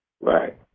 Right